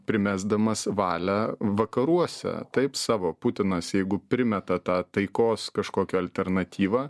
primesdamas valią vakaruose taip savo putinas jeigu primeta tą taikos kažkokią alternatyvą